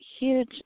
huge